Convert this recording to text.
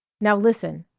now listen.